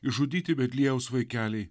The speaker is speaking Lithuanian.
išžudyti betliejaus vaikeliai